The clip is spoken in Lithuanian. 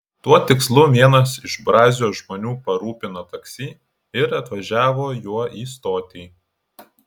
tuo tikslu vienas iš brazio žmonių parūpino taksi ir atvažiavo juo į stotį